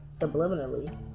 subliminally